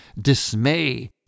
dismay